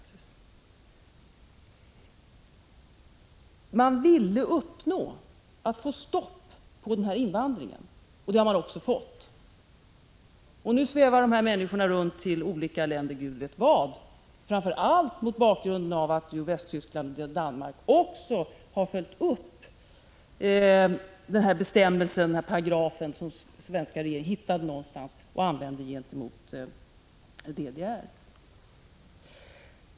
Det regeringen ville uppnå var att få stopp på den här invandringen, och det har regeringen också fått. Nu far de här människorna runt till olika länder. Gud vet var de hamnar — framför allt mot bakgrund av att också Västtyskland och Danmark börjat tillämpa den bestämmelse eller paragraf som den svenska regeringen hittade någonstans och använde i förhandlingarna med DDR.